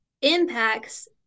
impacts